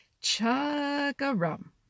Chug-a-rum